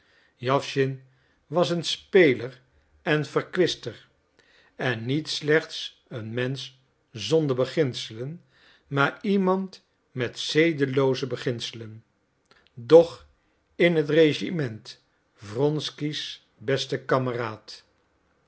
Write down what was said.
jawschin was een speler en verkwister en niet slechts een mensch zonder beginselen maar iemand met zedelooze beginselen doch in het regiment wronsky's beste kameraad